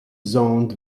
zoned